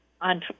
on